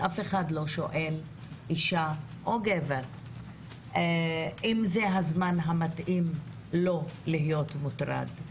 אף אחד לא שואל אישה או גבר האם זה הזמן המתאים לה או לו להיות מוטרדים.